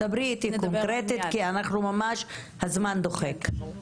דברי איתי קונקרטית כי ממש הזמן דוחק.